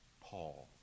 Paul